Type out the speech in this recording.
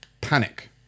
panic